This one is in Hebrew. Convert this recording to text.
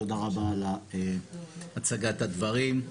תודה רבה על הצגת הדברים.